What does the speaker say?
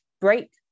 break